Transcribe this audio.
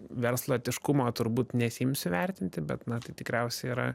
verslo etiškumo turbūt nesiimsiu vertinti bet na tai tikriausiai yra